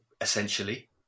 essentially